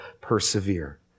persevere